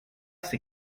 c’est